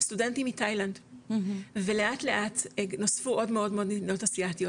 סטודנטים מתאילנד ולאט לאט נוספו עוד ועוד מדינות אסייתיות